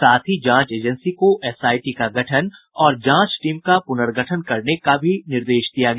साथ ही जांच एजेंसी को एसआईटी का गठन और जांच टीम का पुनर्गठन करने का भी निर्देश दिया गया